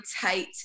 tight